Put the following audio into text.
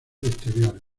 exteriores